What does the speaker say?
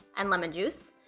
and lemon juice,